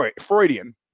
Freudian